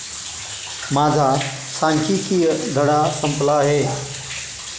माझा सांख्यिकीय धडा संपला आहे